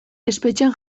espetxean